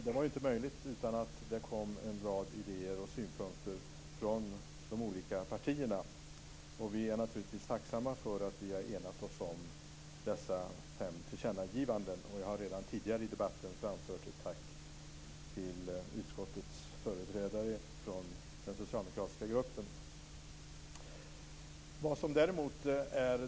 Det kom en rad idéer och synpunkter från de olika partierna. Vi är naturligtvis tacksamma för att vi har enat oss om dessa fem tillkännagivanden. Jag har redan tidigare i debatten framfört ett tack till utskottets företrädare för den socialdemokratiska gruppen.